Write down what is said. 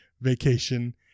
vacation